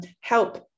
help